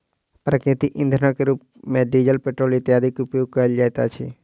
प्राकृतिक इंधनक रूप मे डीजल, पेट्रोल इत्यादिक उपयोग कयल जाइत अछि